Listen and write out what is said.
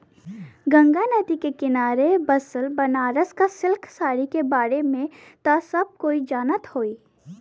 गंगा नदी के किनारे बसल बनारस क सिल्क क साड़ी के बारे में त सब कोई जानत होई